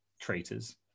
traitors